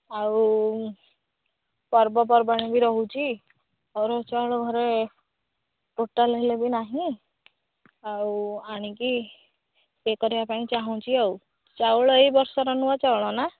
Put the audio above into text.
ଆଉ ପର୍ବପର୍ବାଣି ବି ରହୁଛି ଅରୁଆ ଚାଉଳ ଘରେ ଟୋଟାଲ୍ ହେଲେ ବି ନାହିଁ ଆଉ ଆଣିକି ଇଏ କରିବା ପାଇଁ ଚାହୁଁଛି ଆଉ ଚାଉଳ ଏଇ ବର୍ଷର ନୂଆ ଚାଉଳ ନା